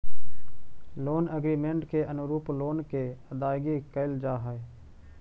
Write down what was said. loan agreement के अनुरूप loan के अदायगी कैल जा हई